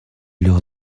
leur